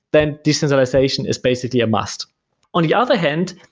then decentralization is basically a must on the other hand,